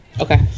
Okay